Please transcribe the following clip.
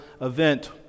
event